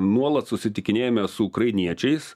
nuolat susitikinėjame su ukrainiečiais